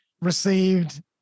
received